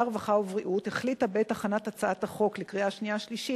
הרווחה והבריאות החליטה בעת הכנת הצעת החוק לקריאה שנייה ושלישית